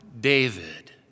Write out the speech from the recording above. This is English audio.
David